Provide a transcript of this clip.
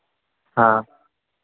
हाँ